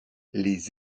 les